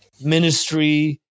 Ministry